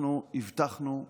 אנחנו הבטחנו,